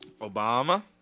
Obama